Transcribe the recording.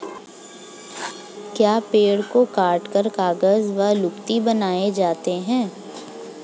क्या पेड़ों को काटकर कागज व लुगदी बनाए जाते हैं?